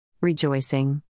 rejoicing